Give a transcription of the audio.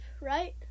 right